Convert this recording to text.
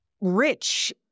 rich